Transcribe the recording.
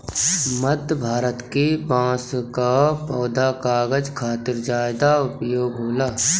मध्य भारत के बांस कअ पौधा कागज खातिर ज्यादा उपयोग होला